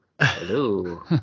Hello